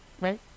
right